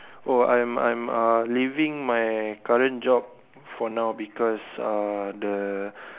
oh I'm I'm uh leaving my current job for now because uh the